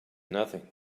nothing